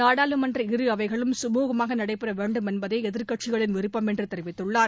நாடாளுமன்ற இரு அவைகளும் சுழுகமாக நடைபெற வேண்டும் என்பதே எதிர்க்கட்சிகளின் விருப்பம் என்று தெரிவித்துள்ளார்